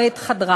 או את חדרו.